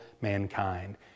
mankind